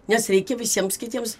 nes reikia visiems kitiems